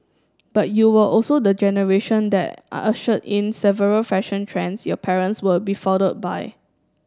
but you were also the generation that ushered in several fashion trends your parents were befuddled by